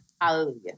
hallelujah